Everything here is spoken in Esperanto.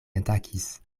atakis